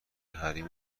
حریم